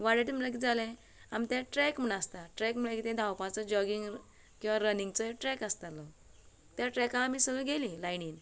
वाडयता म्हळ्यार कितें जालें आमकां ते ट्रेक म्हण आसता ट्रेक म्हळ्यार कितें धांवपाचो जॉगींग किंवां रनिंगचो ट्रेक आसतालो त्या ट्रेकार आमी सगळीं गेली लायनींन